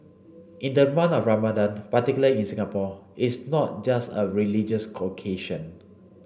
in the month of Ramadan particularly in Singapore is not just a religious occasion